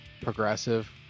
progressive